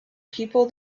people